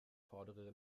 vordere